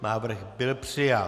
Návrh byl přijat.